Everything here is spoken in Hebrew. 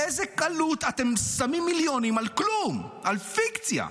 באיזו קלות אתם שמים מיליונים על כלום, על פיקציה.